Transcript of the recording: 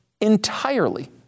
entirely